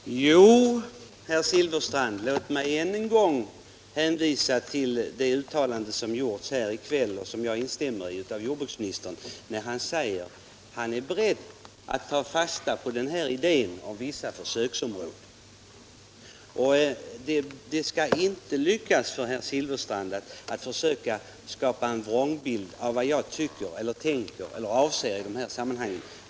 Herr talman! Jo, herr Silfverstrand, låt mig än en gång hänvisa till det uttalande som jordbruksministern gjort här i kväll och som jag instämmer i, där han säger att han är beredd att ta fasta på idén om vissa försöksområden. Det skall inte lyckas för herr Silfverstrand att försöka skapa en vrångbild av vad jag tycker, tänker eller avser i de här sammanhangen.